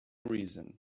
reason